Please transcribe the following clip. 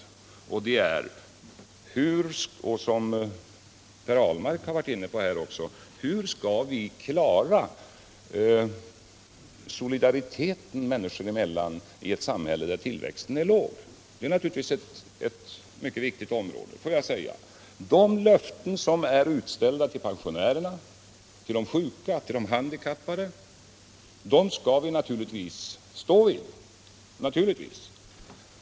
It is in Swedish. Även Per Ahlmark har varit inne på detta. Det gäller: Hur skall vi klara solidariteten människor emellan i ett samhälle där tillväxten är låg? Detta är naturligtvis ett mycket viktigt område. Får jag säga: De löften som är utställda till pensionärerna, till de sjuka, till de handikappade skall vi naturligtvis stå vid.